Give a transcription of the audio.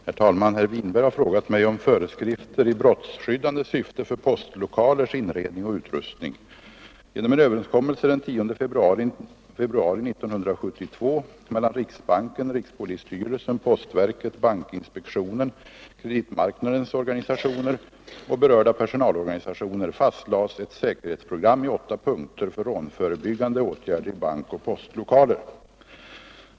Herr talman! Herr Winberg har frågat mig om föreskrifter i brottsskyddande syfte för postlokalers inredning och utrustning. Genom en överenskommelse den 10 februari 1972 mellan riksbanken, rikspolisstyrelsen, postverket, bankinspektionen, kreditmarknadens organisationer och berörda personalorganisationer fastlades ett säkerhetsprogram i åtta punkter för rånförebyggande åtgärder i bankoch postlokaler.